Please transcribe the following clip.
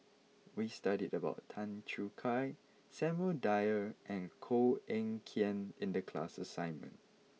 we studied about Tan Choo Kai Samuel Dyer and Koh Eng Kian in the class assignment